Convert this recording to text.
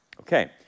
Okay